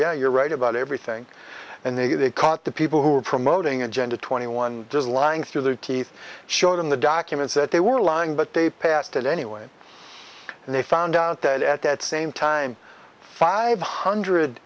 yeah you're right about everything and they they caught the people who were promoting agenda twenty one just lying through their teeth showed in the documents that they were lying but they passed it anyway and they found out that at that same time five hundred